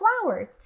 flowers